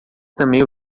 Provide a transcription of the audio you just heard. também